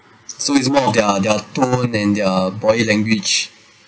so it's more of their their tone and their body language